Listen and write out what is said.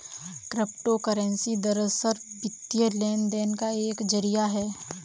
crypto currency दरअसल, वित्तीय लेन देन का एक जरिया है